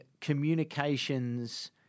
communications